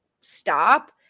stop